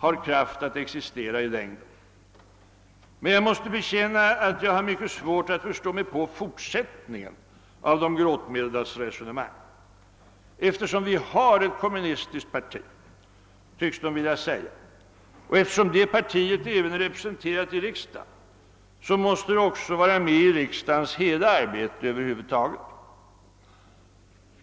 har kraft att existera i längden. Men jag måste bekänna att jag har mycket svårt att förstå mig på fortsättningen av de gråtmildas resonemang. Eftersom vi nu har ett kommunistiskt parti, tycks de vilja säga, och eftersom detta parti även är representerat i riksdagen, så måste det väl också vara med i riksdagens hela arbete.